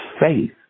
faith